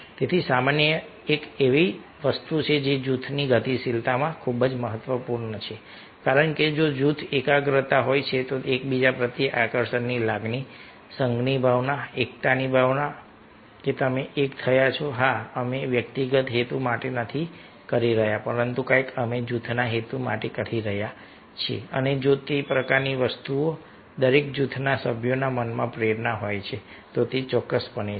તેથી સમન્વય એક એવી વસ્તુ છે જે જૂથની ગતિશીલતામાં ખૂબ જ મહત્વપૂર્ણ છે કારણ કે જો જૂથમાં એકાગ્રતા હોય તો એકબીજા પ્રત્યે આકર્ષણની લાગણી સંઘની ભાવના એકતાની ભાવના કે તમે એક થયા છો હા અમે વ્યક્તિગત હેતુ માટે નથી કરી રહ્યા પરંતુ કંઈક અમે જૂથના હેતુ માટે કરી રહ્યા છીએ અને જો તે પ્રકારની વસ્તુ દરેક જૂથના સભ્યોના મનમાં પ્રેરણા હોય તો તે ચોક્કસપણે છે